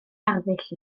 arddull